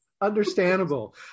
understandable